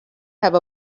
have